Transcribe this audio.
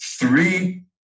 three